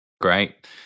Great